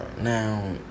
Now